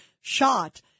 shot